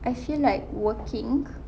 I feel like working